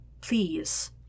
please